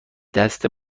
دست